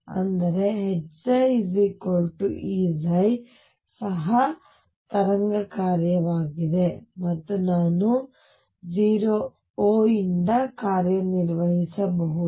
ಅಂದರೆ Hψ Eψ ಸಹ ತರಂಗ ಕಾರ್ಯವಾಗಿದೆ ಮತ್ತು ನಾನು O ಯಿಂದ ಕಾರ್ಯನಿರ್ವಹಿಸಬಹುದು